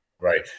right